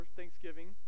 Thanksgiving